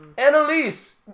Annalise